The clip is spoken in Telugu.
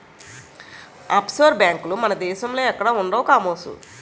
అప్షోర్ బేంకులు మన దేశంలో ఎక్కడా ఉండవు కామోసు